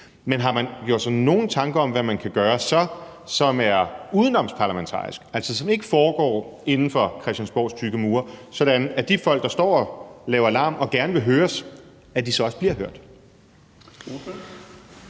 Men har man gjort sig nogen tanker om, hvad man så kan gøre, som er udenomsparlamentarisk, altså som ikke foregår inden for Christiansborgs tykke mure, sådan at de folk, der står og laver larm og gerne vil høres, så også bliver hørt?